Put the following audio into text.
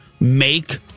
make